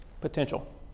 Potential